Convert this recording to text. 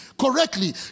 correctly